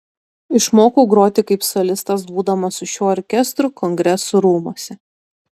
išmokau groti kaip solistas būdamas su šiuo orkestru kongresų rūmuose